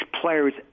players